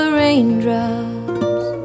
raindrops